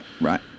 Right